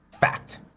Fact